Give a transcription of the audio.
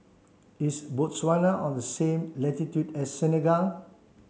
is Botswana on the same latitude as Senegal